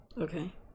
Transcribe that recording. Okay